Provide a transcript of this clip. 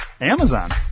amazon